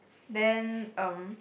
then um